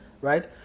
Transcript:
right